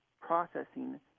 processing